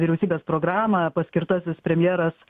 vyriausybės programą paskirtasis premjeras